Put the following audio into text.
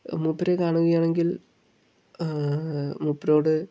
മൂപ്പരെ കാണുകയാണെങ്കിൽ മൂപ്പരോട്